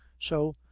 so,